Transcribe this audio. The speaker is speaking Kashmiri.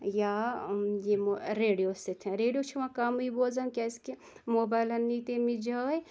یا یِمو ریڈِیو سۭتۍ ریڈِیو چھِ وۄنۍ کَمے بوزان کیازکہ موبایِلَن نِیہِ تٔمِچ جاے